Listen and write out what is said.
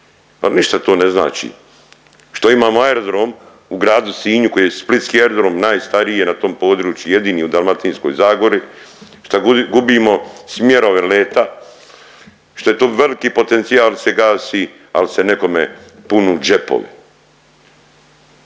Pa ništa to ne znači što imamo aerodrom u gradu Sinju koji je splitski aerodrom, najstariji je na tom području, jedini u Dalmatinskoj zagori, šta gubimo smjerove leta, šta je to velik potencijal se gasi ali se nekome pune džepovi.